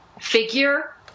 figure